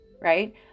right